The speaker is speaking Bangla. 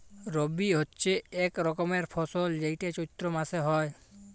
রবি হচ্যে এক রকমের ফসল যেইটা চৈত্র মাসে হ্যয়